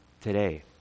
today